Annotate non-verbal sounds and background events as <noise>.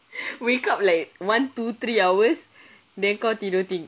<laughs> wake up like one two three hours then kau tidur